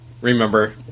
Remember